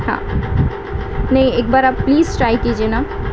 ہاں نہیں ایک بار آپ پلیز ٹرائی کیجیے نا